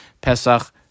pesach